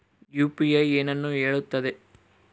UPI ಏನನ್ನು ಹೇಳುತ್ತದೆ?